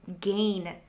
gain